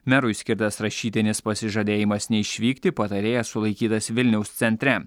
merui skirtas rašytinis pasižadėjimas neišvykti patarėjas sulaikytas vilniaus centre